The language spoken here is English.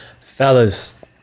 fellas